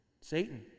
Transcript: Satan